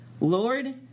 Lord